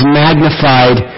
magnified